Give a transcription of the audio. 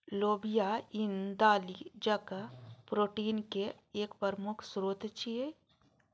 लोबिया ईन दालि जकां प्रोटीन के एक प्रमुख स्रोत छियै